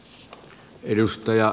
arvoisa puhemies